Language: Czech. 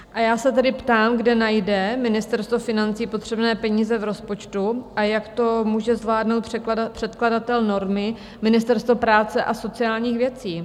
A já se tedy ptám, kde najde Ministerstvo financí potřebné peníze v rozpočtu a jak to může zvládnout předkladatel normy, Ministerstvo práce a sociálních věcí?